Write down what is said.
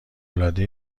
العاده